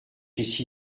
ici